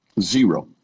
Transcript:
zero